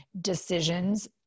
decisions